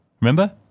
Remember